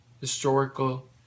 historical